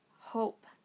hope